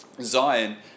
zion